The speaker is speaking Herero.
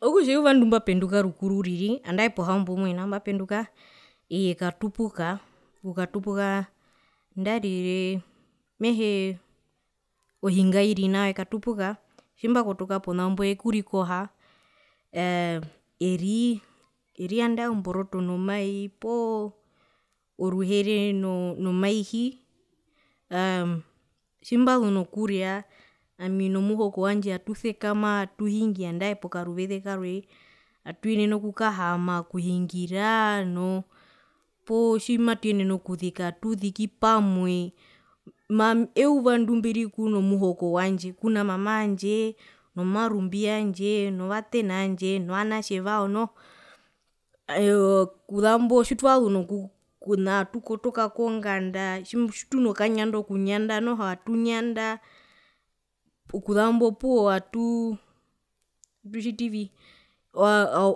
Okutja eyuva ndimbapenduka rukuru uriri mohamboumwe nao mbapenduka ei ekatupuka okukatupuka andarire mehee ohinga yoiri nao ekatupuka tjimbakotoka pona mbo eekurikoha aa ee eri andae omboroto nomai poo oruhere no nomaihi aa tjimbazu nokuria ami nomuhoko wandje atusekama atuhingi andae pokaruveze karwe atuyenene okukahaama okuhingiraa noo potjima tuyenene okuzika atuziki pamwe maa euva ndumbiri kuno muhoko wandje kuna mama wandje nomarumbi yandje novatena kwandje novanatje vao noho, aaaee okuzambo tjitwazu nokumana atukotoka konganda tjituno kanyando kunyanda noho atunyanda okuzambo opuwo atuu atutjitivi